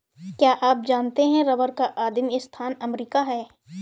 क्या आप जानते है रबर का आदिमस्थान अमरीका है?